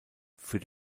für